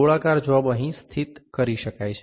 ગોળાકાર જોબ અહીં સ્થિત કરી શકાય છે